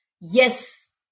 yes